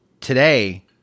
today